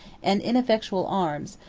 and ineffectual arms,